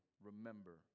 remember